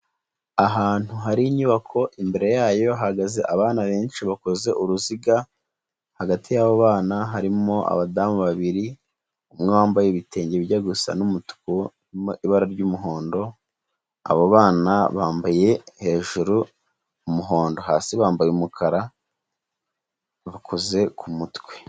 Ahantu hari inyubako imbere yayo hahagaze abana benshi bakoze uruziga, hagati yabo bana harimo abadamu babiri, umwe wambaye ibitenge bijya gusa n'umutuku urimo ibara ry'umuhondo, abo bana bambaye hejuru umuhondo, hasi bambaye umukara, bakoze ku mutwe.